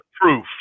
proof